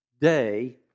Day